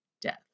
death